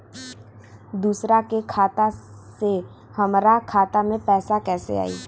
दूसरा के खाता से हमरा खाता में पैसा कैसे आई?